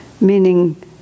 meaning